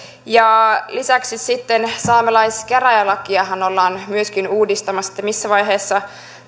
lisäksi sitten saamelaiskäräjälakiahan ollaan myöskin uudistamassa missä vaiheessa